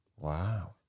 Wow